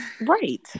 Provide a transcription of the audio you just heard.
right